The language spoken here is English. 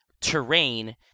terrain